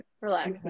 relax